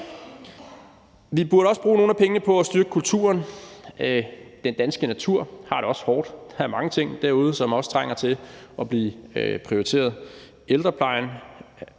Vi burde også bruge nogle af pengene på at styrke kulturen. Den danske natur har det også hårdt; der er mange ting derude, som også trænger til at blive prioriteret. For ældreplejen